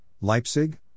Leipzig